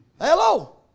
Hello